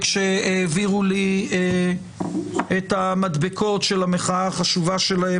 שהעבירו לי את המדבקות של המחאה החשובה שלהם,